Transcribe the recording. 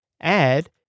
add